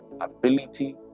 ability